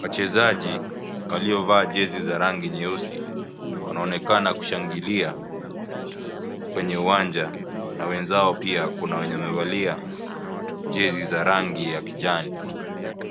Wachezaji waliovaa jesi ya rangi nyeusi wanaonekana kushangilia kwenye uwanja na wenzao pia kuna wenye wamevalia jesi za rangi ya kijani.